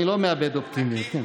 אני לא מאבד אופטימיות.